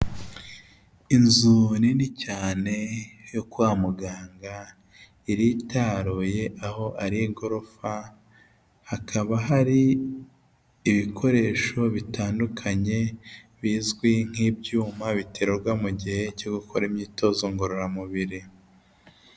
Inzu nini cyane yo kwa muganga iritaroye aho ari gorofa hakaba hari ibikoresho bitandukanye bizwi nk'ibyuma biterwa mu gihe cyo gukora imyitozo ngororamubiri.